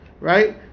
right